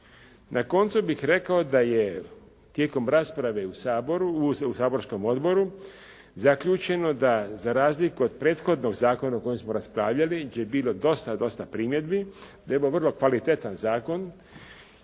Na koncu bih rekao da je tijekom rasprave u saborskom odboru zaključeno da za razliku od prethodnog zakona o kojem smo raspravljali i gdje je bilo dosta, dosta primjedbi, da je ovo vrlo kvalitetan zakon.